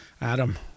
Adam